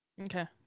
Okay